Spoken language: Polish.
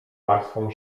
warstwą